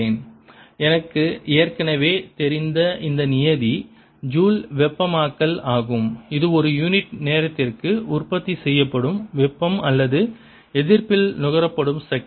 ϵItLIdIdtRI2 எனக்கு ஏற்கனவே தெரிந்த இந்த நியதி ஜூல் வெப்பமாக்கல் ஆகும் இது ஒரு யூனிட் நேரத்திற்கு உற்பத்தி செய்யப்படும் வெப்பம் அல்லது எதிர்ப்பில் நுகரப்படும் சக்தி